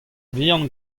vihan